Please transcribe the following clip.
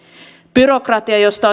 byrokratia josta